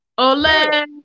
ole